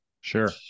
Sure